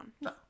No